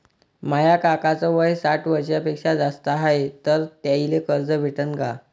माया काकाच वय साठ वर्षांपेक्षा जास्त हाय तर त्याइले कर्ज भेटन का?